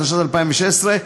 התשע"ז 2016,